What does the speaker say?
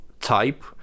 type